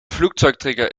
flugzeugträger